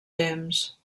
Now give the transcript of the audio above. temps